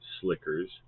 slickers